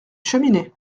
cheminée